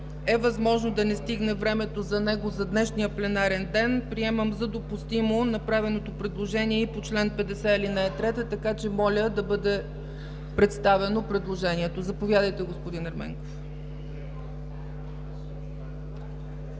е възможно да не стигне времето за него в днешния пленарен ден, приемам за допустимо направеното предложение и по чл. 50, ал. 3, така че моля предложението да бъде представено. Заповядайте, господин Ерменков.